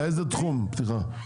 באיזה תחום סליחה?